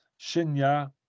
Shinya